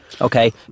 Okay